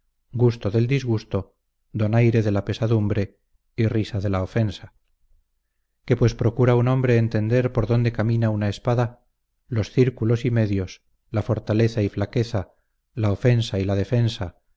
gusto del disgusto donaire de la pesadumbre y risa de la ofensa que pues procura un hombre entender por donde camina una espada los círculos y medios la fortaleza y flaqueza la ofensa y la defensa